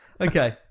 Okay